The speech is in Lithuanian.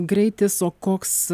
greitis o koks